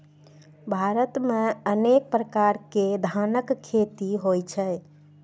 भारत मे अनेक प्रकार के धानक खेती होइ छै